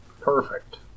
Perfect